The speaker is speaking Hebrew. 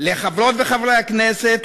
לחברות וחברי הכנסת,